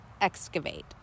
excavate